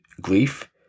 grief